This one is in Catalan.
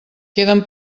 queden